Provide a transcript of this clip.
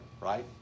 Right